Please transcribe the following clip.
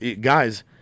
guys